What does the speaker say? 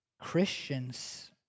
Christians